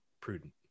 prudent